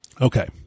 Okay